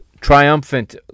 triumphant